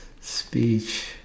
Speech